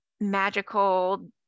magical